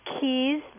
keys